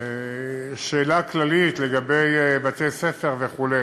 השאלה הכללית לגבי בתי-ספר וכו'.